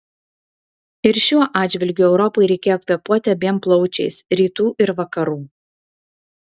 ir šiuo atžvilgiu europai reikėjo kvėpuoti abiem plaučiais rytų ir vakarų